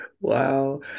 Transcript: wow